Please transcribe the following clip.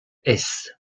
hesse